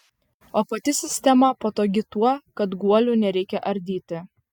o pati sistema patogi tuo kad guolių nereikia ardyti